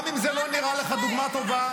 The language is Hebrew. גם אם זו לא נראית לך דוגמה טובה